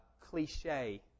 cliche